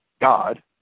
God